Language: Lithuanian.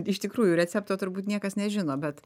iš tikrųjų recepto turbūt niekas nežino bet